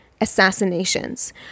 assassinations